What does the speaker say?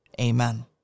Amen